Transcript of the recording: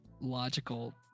logical